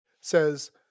says